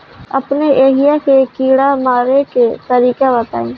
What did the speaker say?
अपने एहिहा के कीड़ा मारे के तरीका बताई?